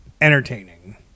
entertaining